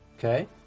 Okay